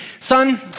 son